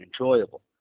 enjoyable